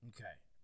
Okay